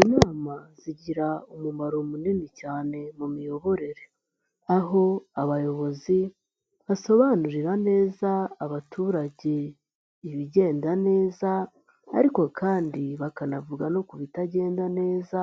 Inama zigira umumaro munini cyane mu miyoborere, aho abayobozi basobanurira neza abaturage ibigenda neza ariko kandi bakanavuga no ku bitagenda neza